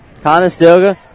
Conestoga